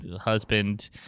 husband